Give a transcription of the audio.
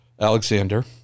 Alexander